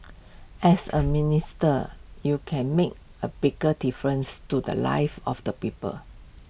as A minister you can make A bigger difference to the lives of the people